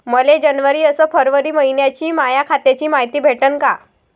मले जनवरी अस फरवरी मइन्याची माया खात्याची मायती भेटन का?